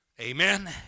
amen